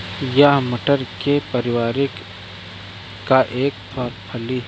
यह मटर के परिवार का एक फली है